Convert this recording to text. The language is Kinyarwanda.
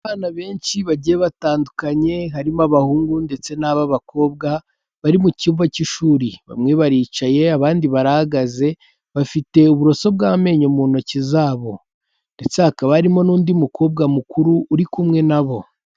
Abana benshi bagiye batandukanye, harimo abahungu ndetse n'ab'abakobwa bari mu cyumba cy'ishuri, bamwe baricaye abandi barahagaze, bafite uburoso bw'amenyo mu ntoki zabo, ndetse hakaba harimo n'undi mukobwa mukuru uri kumwe nabo.